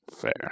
fair